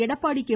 Edappadi K